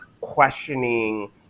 questioning